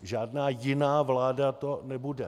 Žádná jiná vláda to nebude.